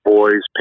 Boys